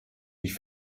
dich